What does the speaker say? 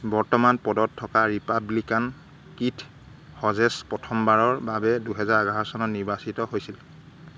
বৰ্তমান পদত থকা ৰিপাব্লিকান কিথ হ'জেছ প্ৰথমবাৰৰ বাবে দুহেজাৰ এঘাৰ চনত নিৰ্বাচিত হৈছিল